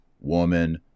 woman